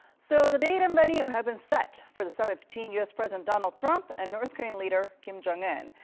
so the date and venue have been set for the summit between u s. president donald trump and north korean leader kim jong-un.